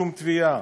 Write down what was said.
שום תביעה.